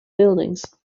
buildings